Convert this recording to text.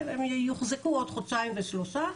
הם יוחזקו עוד חודשיים ושלושה.